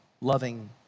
loving